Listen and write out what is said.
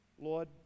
Lord